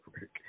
work